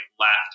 laughed